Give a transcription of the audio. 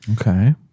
Okay